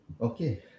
okay